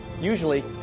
Usually